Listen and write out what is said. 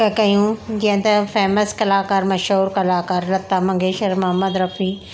क कयूं जीअं त फेमस कलाकारु मशहूरु कलाकार लता मंगेशकर मुहम्मद रफ़ी